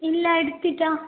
ഇല്ല എടുത്തിട്ടാണ്